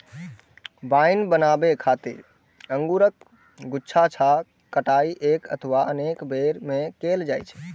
wine बनाबै खातिर अंगूरक गुच्छाक कटाइ एक अथवा अनेक बेर मे कैल जाइ छै